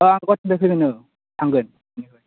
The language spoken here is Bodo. आं गुवाहाटीनिफ्राय फैदों औ थांगोन